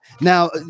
Now